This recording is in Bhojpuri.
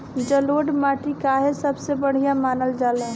जलोड़ माटी काहे सबसे बढ़िया मानल जाला?